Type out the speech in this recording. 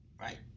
Right